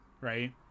right